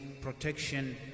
protection